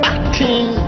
Acting